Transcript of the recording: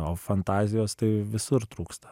o fantazijos tai visur trūksta